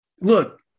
look